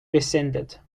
rescinded